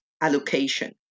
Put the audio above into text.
allocation